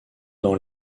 dans